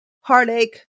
heartache